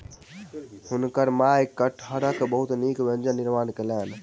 हुनकर माई कटहरक बहुत नीक व्यंजन निर्माण कयलैन